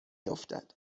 افتد